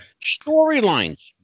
Storylines